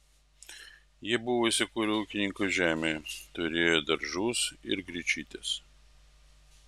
jie buvo įsikūrę ūkininkų žemėje turėjo daržus ir gryčiutes